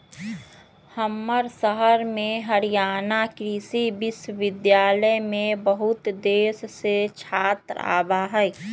हमर शहर में हरियाणा कृषि विश्वविद्यालय में बहुत देश से छात्र आवा हई